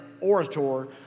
orator